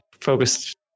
focused